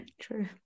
True